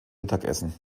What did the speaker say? mittagessen